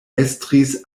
estris